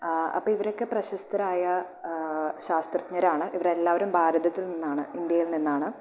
അപ്പം ഇവരൊക്കെ പ്രസ്തരായ ശാത്രജ്ഞരാണ് ഇവരെല്ലാവരും ഭാരതത്തിൽ നിന്നാണ് ഇന്ത്യയിൽ നിന്നാണ്